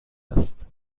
است